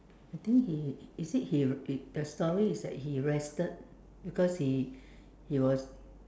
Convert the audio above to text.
I think he is it he the story is that he rested because he he was